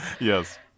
Yes